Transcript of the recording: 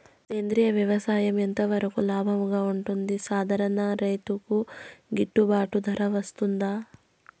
సేంద్రియ వ్యవసాయం ఎంత వరకు లాభంగా ఉంటుంది, సాధారణ రైతుకు గిట్టుబాటు ధర వస్తుందా?